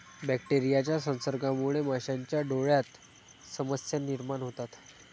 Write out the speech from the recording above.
बॅक्टेरियाच्या संसर्गामुळे माशांच्या डोळ्यांत समस्या निर्माण होतात